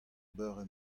beure